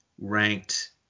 ranked